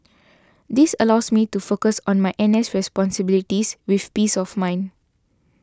this allows me to focus on my N S responsibilities with peace of mind